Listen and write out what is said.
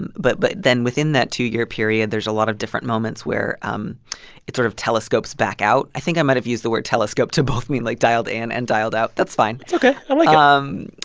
and but but then within that two-year period, there's a lot of different moments where um it sort of telescopes back out i think i might have used the word telescope to both mean, like, dialed in and dialed out that's fine. it's ok. i like um